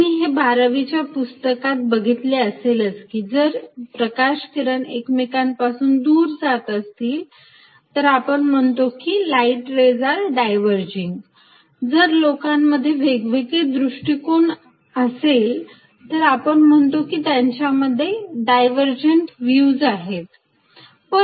तुम्ही हे बारावीच्या पुस्तकात बघितले असेलच की जर प्रकाश किरण एकमेकांपासून दूर जात असतील तर आपण म्हणतो की light rays are diverging जर लोकांमध्ये वेगवेगळ्या दृष्टीकोन असेल तर आपण म्हणतो की त्यांच्यामध्ये divergent views आहेत